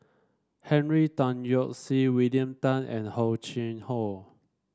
Henry Tan Yoke See William Tan and Oh Chai Hoo